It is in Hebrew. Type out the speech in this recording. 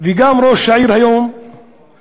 וגם ראש העיר היום מתנגד